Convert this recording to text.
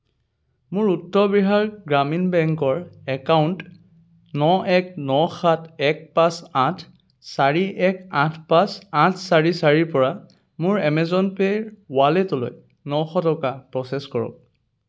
মোৰ উত্তৰ বিহাৰ গ্ৰামীণ বেংকৰ একাউণ্ট ন এক ন সাত এক পাঁচ আঠ চাৰি এক আঠ পাঁচ আঠ চাৰি চাৰিৰ পৰা মোৰ এমেজন পে'ৰ ৱালেটলৈ নশ টকা প্ৰ'চেছ কৰক